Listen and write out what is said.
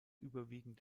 überwiegend